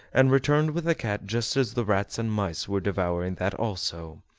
and returned with the cat just as the rats and mice were devouring that also.